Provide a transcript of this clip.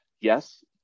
yes